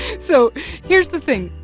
so here's the thing.